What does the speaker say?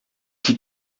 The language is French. qui